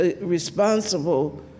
responsible